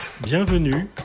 Bienvenue